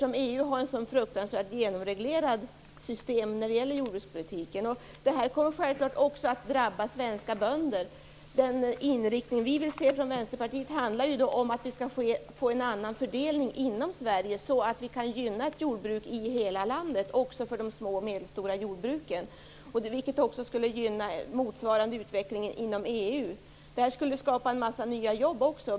EU har ju ett så genomreglerat system vad gäller jordbrukspolitiken. Detta kommer självklart också att drabba svenska bönder. Den inriktning som vi i Vänsterpartiet vill se handlar om att få en annan fördelning inom Sverige så att jordbruket i hela landet kan gynnas. Det gäller också de små och medelstora jordbruken. Därmed skulle en motsvarande utveckling gynnas inom EU. På det sättet skulle en mängd nya jobb skapas.